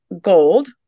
gold